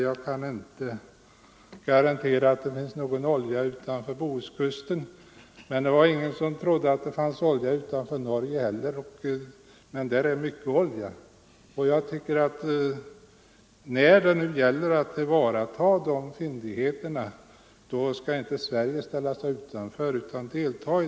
Jag kan inte garantera att det finns någon olja utanför Bohuskusten, men det var ingen som trodde att det fanns olja utanför Norge heller 137 trots att man nu hittat så mycket olja där. När det gäller att tillvarata de fyndigheterna skall Sverige inte ställa sig utanför utan delta.